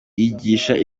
yigishaga